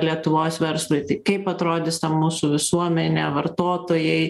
lietuvos verslui tai kaip atrodys mūsų visuomenė vartotojai